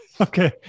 Okay